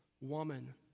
woman